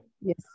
Yes